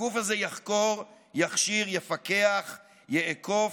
הגוף הזה יחקור, יכשיר, יפקח, יאכוף,